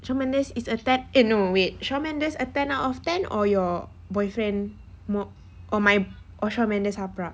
shawn mendes is a ten eh no wait shawn mendes a ten out of ten or your boyfriend more or my or shawn mendes haprak